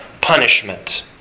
punishment